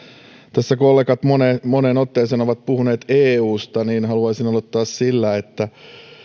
tässä kollegat moneen moneen otteeseen ovat puhuneet eusta haluaisin aloittaa sillä että